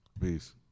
Peace